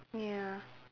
ya